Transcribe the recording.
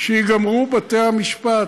שייגמרו בתי-המשפט,